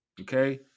okay